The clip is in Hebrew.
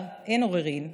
גם למשרד החינוך